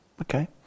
okay